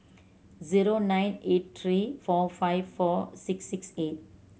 zero nine eight three four five four six six eight